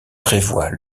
prévoit